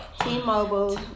T-Mobile